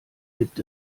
gibt